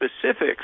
specifics